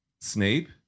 Snape